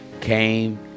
came